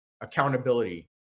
accountability